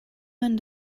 man